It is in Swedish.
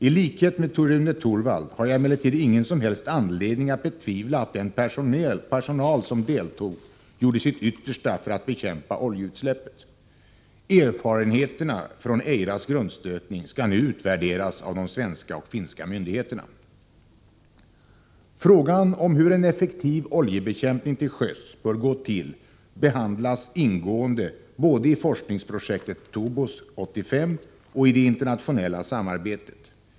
I likhet med Rune Torwald har jag emellertid ingen som helst anledning att betvivla att den personal som deltog gjorde sitt yttersta för att bekämpa oljeutsläppet. Erfarenheterna från Eiras grundstötning skall nu utvärderas av de svenska och finska myndigheterna. Frågan om hur en effektiv oljebekämpning till sjöss bör gå till behandlas ingående både i forskningsprojektet TOBOS 85 och i det internationella samarbetet.